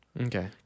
Okay